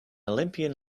olympian